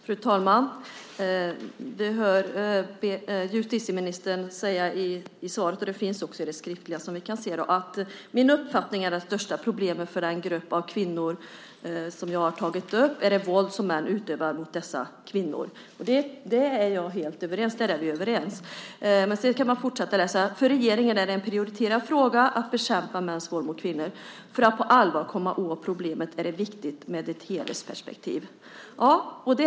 Fru talman! Vi hör justitieministern säga i svaret - och vi kan också se det i det skriftliga svaret - att hennes uppfattning är att det största problemet för den grupp av kvinnor som jag har tagit upp är det våld som män utövar mot dessa kvinnor. Det är jag helt överens med justitieministern om. Men sedan kan man fortsätta att läsa att det för regeringen är en prioriterad fråga att bekämpa mäns våld mot kvinnor och att det är viktigt med ett helhetsperspektiv för att på allvar komma åt problemet.